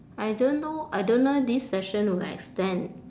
I don't know I don't know this session will extend